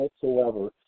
whatsoever